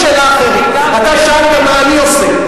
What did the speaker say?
אתה שאלת מה אני עושה,